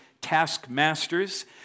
taskmasters